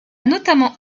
notamment